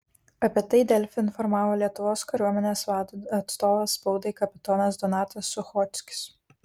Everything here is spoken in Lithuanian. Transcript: apie tai delfi informavo lietuvos kariuomenės vado atstovas spaudai kapitonas donatas suchockis